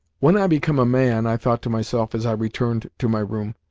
when i become a man, i thought to myself as i returned to my room,